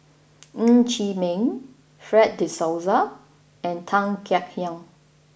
Ng Chee Meng Fred de Souza and Tan Kek Hiang